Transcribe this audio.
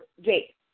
Jake